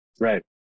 Right